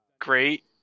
great